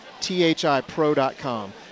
thipro.com